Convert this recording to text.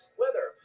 weather